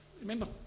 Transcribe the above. Remember